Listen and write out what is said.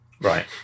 Right